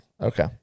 Okay